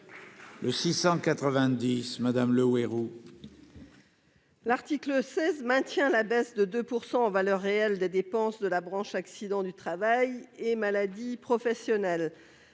n° 690. L'article 16 maintient la baisse de 2 % en valeur réelle des dépenses de la branche accidents du travail et maladies professionnelles.